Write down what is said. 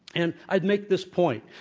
and i'd make this point,